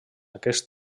aquest